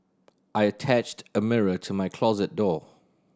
I attached a mirror to my closet door